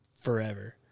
forever